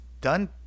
done